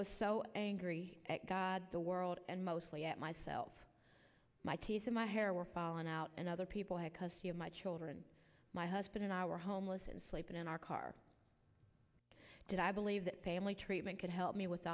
was so angry at god the world and mostly at myself my taste in my hair were falling out and other people had custody of my children my husband and i were homeless and sleeping in our car did i believe that family treatment could help me with